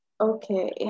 okay